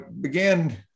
began